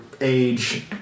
age